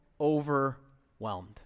overwhelmed